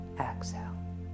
exhale